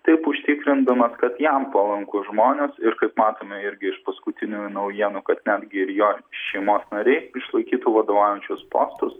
taip užtikrindamas kad jam palankūs žmonės ir kaip matome irgi iš paskutinių naujienų kad netgi ir jo šeimos nariai išlaikytų vadovaujančius postus